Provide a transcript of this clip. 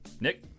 Nick